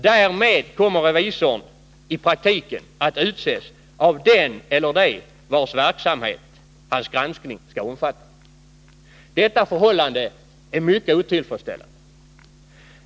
Därmed kommer revisorn i praktiken att utses av den eller dem, vilkas verksamhet hans granskning skall omfatta. Detta förhållande är mycket otillfredsställande.